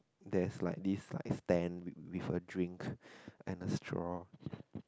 there's like this like stand with a drink and a straw